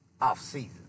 offseason